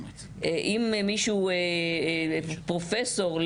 אם מישהו פרופסור,